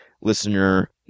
listener